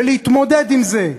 ולהתמודד עם זה.